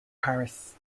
paris